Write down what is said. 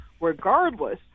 regardless